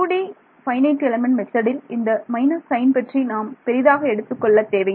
2D FEMல் இந்த minus sign பற்றி நாம் பெரிதாக எடுத்துக் கொள்ளத் தேவையில்லை